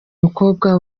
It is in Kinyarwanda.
umukobwa